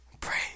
pray